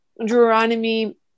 Deuteronomy